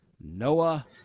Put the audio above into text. Noah